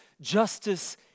justice